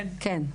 כן.